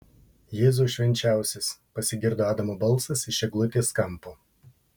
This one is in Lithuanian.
jėzau švenčiausias pasigirdo adamo balsas iš eglutės kampo